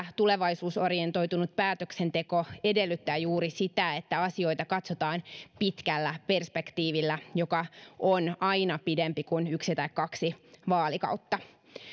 tulevaisuusorientoitunut päätöksenteko edellyttää juuri sitä että asioita katsotaan pitkällä perspektiivillä joka on aina pidempi kuin yksi tai kaksi vaalikautta